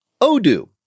Odoo